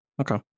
Okay